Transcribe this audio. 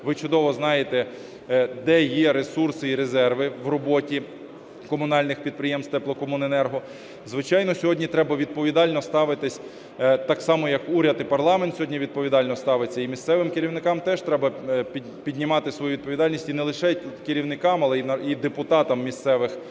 ви чудово знаєте, де є ресурси і резерви в роботі комунальних підприємств теплокомуненерго. Звичайно, сьогодні треба відповідально ставитись, так само, як уряд і парламент сьогодні відповідально ставиться, і місцевим керівникам теж треба піднімати свою відповідальність. І не лише керівникам, але і депутатам місцевих